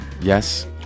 yes